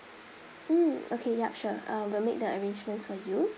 mm okay ya sure uh we'll make the arrangements for you